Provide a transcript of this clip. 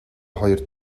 хоёр